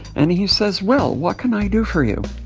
and he says, well, what can i do for you?